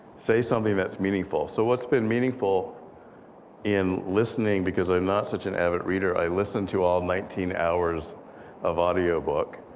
say something that's meaningful. meaningful. so what's been meaningful in listening because i'm not such an avid reader, i listened to all nineteen hours of audiobook,